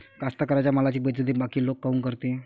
कास्तकाराइच्या मालाची बेइज्जती बाकी लोक काऊन करते?